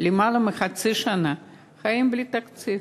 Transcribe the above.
מחצי שנה חיים בלי תקציב.